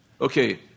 Okay